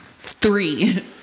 three